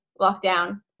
lockdown